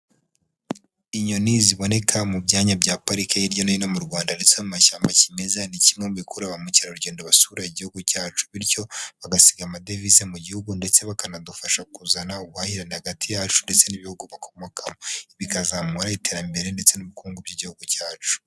Inyoni ziboneka mu byanya bya parike hirya no hino mu Rwanda, ndetse no mu mashyamba kimeza, ni kimwe bikurura ba mukerarugendo basura Igihugu cyacu, bityo bagasiga amadevize mu gihugu, ndetse bakanadufasha kuzana ubuhahirane hagati yacu ndetse n'ibihugu bakomoka, bikazamura iterambere ndetse n'ubukungu by'Igihugu cyacu.